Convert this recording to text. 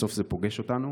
בסוף זה פוגש אותנו,